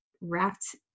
wrapped